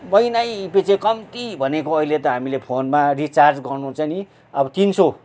महिनै पिच्छे कम्ती भनेको अहिले त हामीले फोनमा रिचार्ज गर्नु चाहिँ नि अब तिन सय